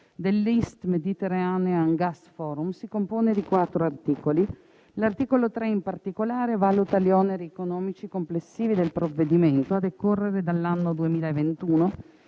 dell'East Mediterranean Gas Forum si compone di quattro articoli. L'articolo 3, in particolare, valuta gli oneri economici complessivi del provvedimento, a decorrere dall'anno 2021,